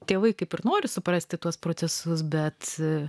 tėvai kaip ir noriu suprasti tuos procesus bet